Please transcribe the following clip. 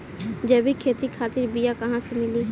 जैविक खेती खातिर बीया कहाँसे मिली?